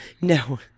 No